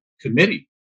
committee